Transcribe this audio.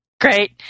Great